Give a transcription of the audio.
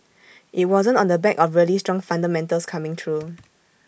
IT wasn't on the back of really strong fundamentals coming through